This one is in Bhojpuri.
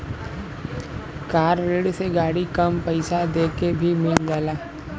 कार ऋण से गाड़ी कम पइसा देके भी मिल जाला